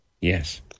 Yes